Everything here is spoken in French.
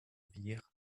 virent